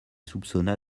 soupçonna